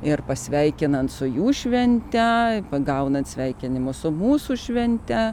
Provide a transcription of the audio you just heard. ir pasveikinant su jų švente pagaunant sveikinimus su mūsų švente